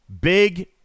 Big